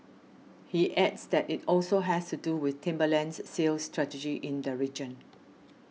he adds that it also has to do with Timberland's sales strategy in the region